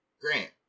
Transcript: Grant